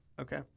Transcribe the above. okay